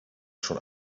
schon